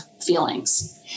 feelings